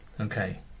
Okay